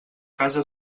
casa